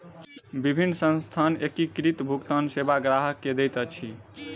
विभिन्न संस्थान एकीकृत भुगतान सेवा ग्राहक के दैत अछि